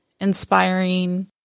inspiring